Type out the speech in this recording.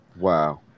Wow